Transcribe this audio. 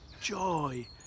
joy